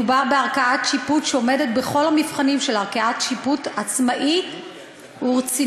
מדובר בערכאת שיפוט שעומדת בכל המבחנים של ערכאת שיפוט עצמאית ורצינית.